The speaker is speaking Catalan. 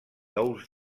ous